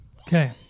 Okay